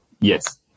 Yes